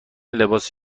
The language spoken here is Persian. لباس